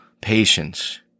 patience